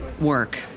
work